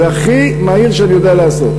זה הכי מהיר שאני יודע לעשות.